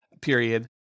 period